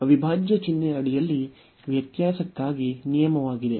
ಅವಿಭಾಜ್ಯ ಚಿಹ್ನೆಯ ಅಡಿಯಲ್ಲಿ ವ್ಯತ್ಯಾಸಕ್ಕಾಗಿ ನಿಯಮವಾಗಿದೆ